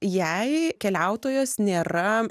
jei keliautojas nėra